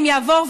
אם יעבור,